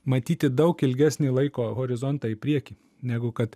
matyti daug ilgesnį laiko horizontą į priekį negu kad